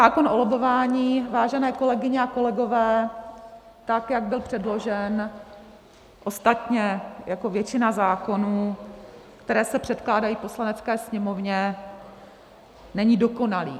Zákon o lobbování, vážené kolegyně a kolegové, tak jak byl předložen, ostatně jako většina zákonů, které se předkládají Poslanecké sněmovně, není dokonalý.